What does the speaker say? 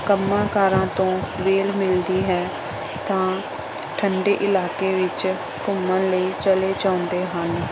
ਕੰਮਾਂ ਕਾਰਾਂ ਤੋਂ ਵਿਹਲ ਮਿਲਦੀ ਹੈ ਤਾਂ ਠੰਡੇ ਇਲਾਕੇ ਵਿੱਚ ਘੁੰਮਣ ਲਈ ਚਲੇ ਜਾਂਦੇ ਹਨ